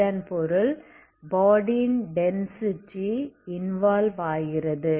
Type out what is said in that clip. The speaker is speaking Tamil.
இதன் பொருள் பாடி யின் டென்சிட்டி யும் இன்வால்வ் ஆகிறது